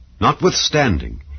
Notwithstanding